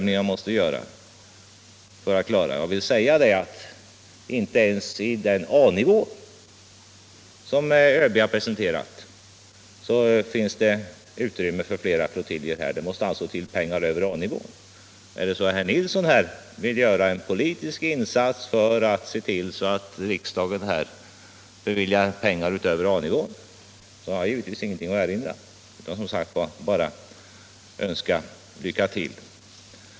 Inte ens i den A-nivå som ÖB har presenterat finns det utrymme för flera flottiljer. Det måste alltså till pengar över A-nivån. Vill herr Nilsson göra en politisk insats för att se till att riksdagen beviljar pengar utöver A-nivån har jag givetvis ingenting att erinra häremot. Jag kan bara önska honom lycka till.